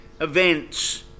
events